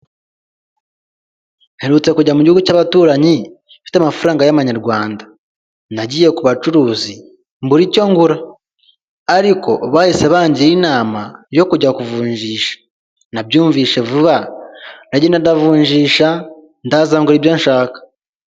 Mperutse kujya mu gihugu cy'abaturanyi mfite amafaranga y'amanyarwanda, nagiye ku bacuruzi mbura icyo ngura ariko bahise bangira inama yo kujya kuvunjisha, nabyumvishe vuba ndagenda ndavunjisha ndaza ngura ibyo nshaka.